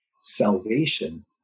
salvation